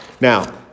Now